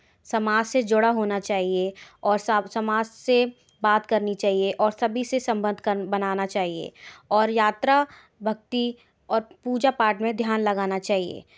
समाज से जुड़ा होना चाहिए और समाज से बात करनी चाहिए और सभी से संबंध बनाना चाहिए और यात्रा भक्ति और पूजा पाठ में ध्यान लगाना चाहिए